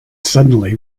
suddenly